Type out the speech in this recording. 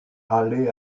aller